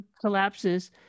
collapses